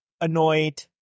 annoyed